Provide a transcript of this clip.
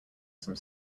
some